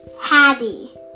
Hattie